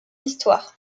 histoire